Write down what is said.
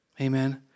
Amen